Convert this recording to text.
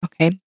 okay